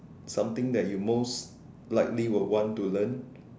something that you most likely would want to learn